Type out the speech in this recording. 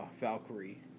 Valkyrie